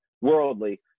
worldly